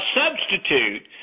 substitute